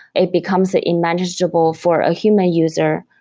it becomes ah unmanageable for a human user.